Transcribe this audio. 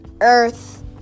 earth